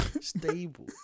stable